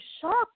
shocked